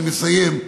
אני מסיים,